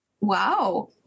wow